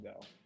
go